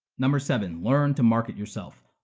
number seven, learn to market yourself.